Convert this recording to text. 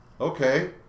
okay